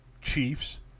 Chiefs